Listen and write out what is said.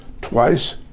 twice